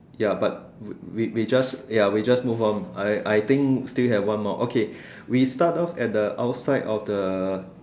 ya but we we just ya we just move on I I think still have one more okay we start off outside of the